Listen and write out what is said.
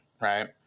right